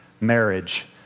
marriage